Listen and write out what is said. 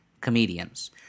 comedians